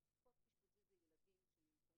נציבות תלונות הילדים,